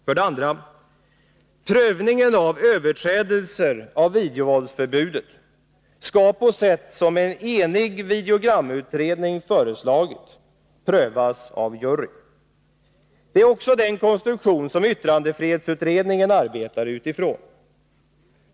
För det andra: Prövningen av överträdelser av videovåldsförbudet skall på sätt som videogramutredningen enhälligt föreslagit prövas av jury. Det är också den konstruktion som yttrandefrihetsutredningen arbetar utifrån.